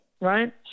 right